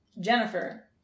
Jennifer